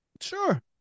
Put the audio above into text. Sure